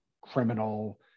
criminal